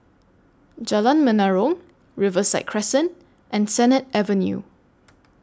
Jalan Menarong Riverside Crescent and Sennett Avenue